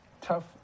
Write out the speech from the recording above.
Tough